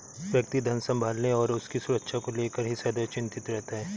व्यक्ति धन संभालने और उसकी सुरक्षा को लेकर ही सदैव चिंतित रहता है